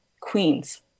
Queens